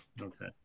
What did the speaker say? Okay